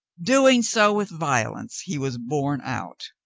doing so with violence, he was borne out.